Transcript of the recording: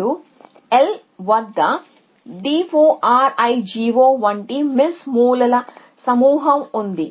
ఇప్పుడు L వద్ద DORIGO వంటి మిస్ మూలాల సమూహం ఉంది